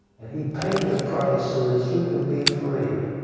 and he paid the price so that you can be free.